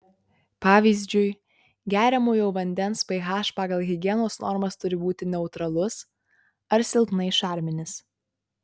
pavyzdžiui geriamojo vandens ph pagal higienos normas turi būti neutralus ar silpnai šarminis